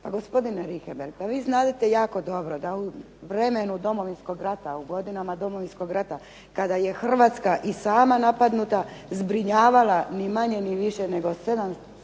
Pa gospodine Richembergh pa vi znadete jako dobro da u vremenu domovinskog rata, u godinama Domovinskog rata kada je Hrvatska i sama napadnuta zbrinjavala ni manje ni više nego 7